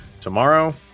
tomorrow